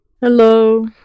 Hello